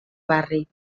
barri